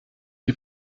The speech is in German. die